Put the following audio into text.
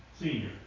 senior